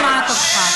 אני לא שומעת אותך.